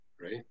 right